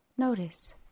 Notice